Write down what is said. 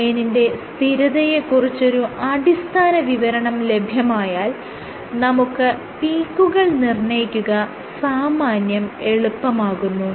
ഡൊമെയ്നിന്റെ സ്ഥിരതയെ കുറിച്ചൊരു അടിസ്ഥാനവിവരണം ലഭ്യമായാൽ നമുക്ക് പീക്കുകൾ നിർണ്ണയിക്കുക സാമാന്യം എളുപ്പമാകുന്നു